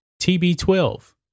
TB12